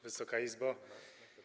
Wysoka Izbo!